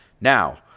Now